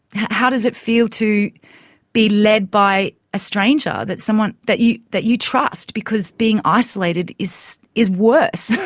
how does it feel to be led by a stranger that someone, that you, that you trust because being isolated is, is worse?